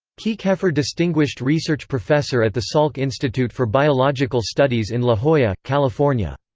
kieckhefer distinguished research professor at the salk institute for biological studies in la jolla, california.